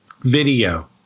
video